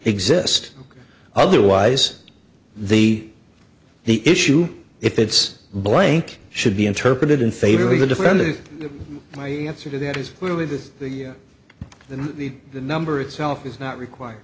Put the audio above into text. exist otherwise the the issue if it's blank should be interpreted in favor of the differently my answer to that is clearly that the that the the number itself is not required